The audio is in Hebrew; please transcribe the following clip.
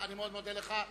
אני מאוד מודה לך.